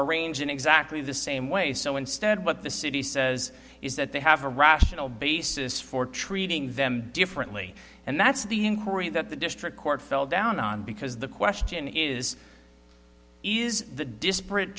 arranged in exactly the same way so instead what the city says is that they have a rational basis for treating them differently and that's the inquiry that the district court fell down on because the question is is the disparate